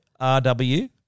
RW